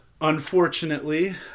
unfortunately